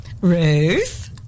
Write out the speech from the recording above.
Ruth